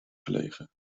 gelegen